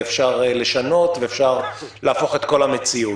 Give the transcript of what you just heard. אפשר לשנות ואפשר להפוך את כל המציאות.